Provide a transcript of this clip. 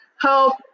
help